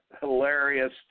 Hilarious